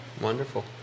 Wonderful